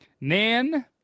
Nan